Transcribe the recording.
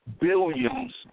billions